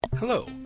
Hello